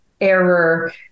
error